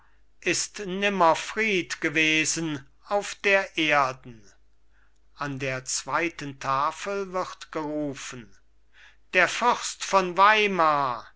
ist nimmer fried gewesen auf der erden an der zweiten tafel wird gerufen der fürst von weimar